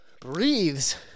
Breathes